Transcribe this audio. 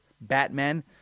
Batman